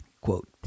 Quote